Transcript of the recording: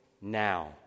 now